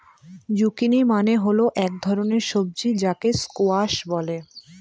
zucchini মানে হল এক ধরনের সবজি যাকে স্কোয়াশ বলে